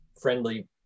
friendly